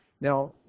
Now